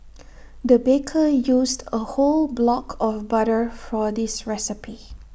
the baker used A whole block of butter for this recipe